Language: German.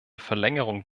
verlängerung